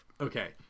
Okay